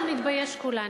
אנחנו נתבייש כולנו.